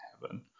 heaven